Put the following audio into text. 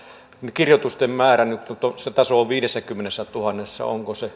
kirjoitusten määrä nyt se taso on viidessäkymmenessätuhannessa